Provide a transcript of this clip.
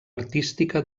artística